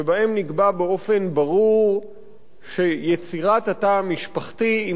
שבהן נקבע באופן ברור שיצירת התא המשפחתי היא